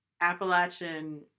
Appalachian